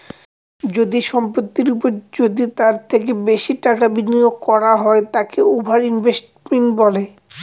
যদি সম্পত্তির ওপর যদি তার থেকে বেশি টাকা বিনিয়োগ করা হয় তাকে ওভার ইনভেস্টিং বলে